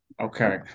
Okay